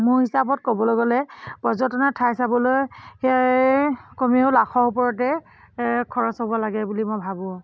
মোৰ হিচাপত ক'বলৈ গ'লে পৰ্যটনৰ ঠাই চাবলৈ কমেও লাখৰ ওপৰতে খৰচ হ'ব লাগে বুলি মই ভাবোঁ